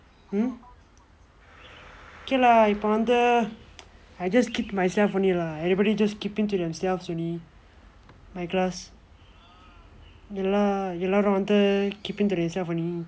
hmm okay lah இப்போ வந்து:ippo vandthu I just keep to myself only lah everybody just keeping to themselves only my class எல்லா எல்லாரும் வந்து:ellaa ellaarum vandthu keeping to themselves only